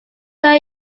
than